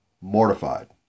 mortified